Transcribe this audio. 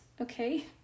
okay